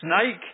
snake